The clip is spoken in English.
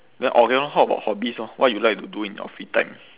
then orh K lor how about hobbies orh what you like to do in your free time